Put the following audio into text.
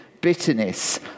bitterness